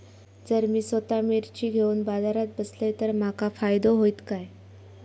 जर मी स्वतः मिर्ची घेवून बाजारात बसलय तर माका फायदो होयत काय?